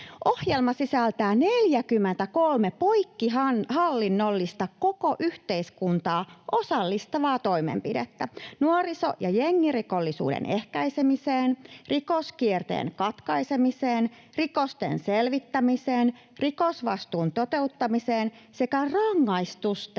Ohjelma sisältää 43 poikkihallinnollista koko yhteiskuntaa osallistavaa toimenpidettä nuoriso- ja jengirikollisuuden ehkäisemiseen, rikoskierteen katkaisemiseen, rikosten selvittämiseen, rikosvastuun toteuttamiseen sekä rangaistusten